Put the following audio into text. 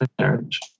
marriage